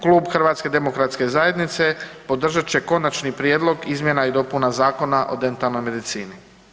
Klub HDZ-a podržat će Konačni prijedlog izmjena i dopuna Zakona o dentalnoj medicini.